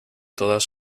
todas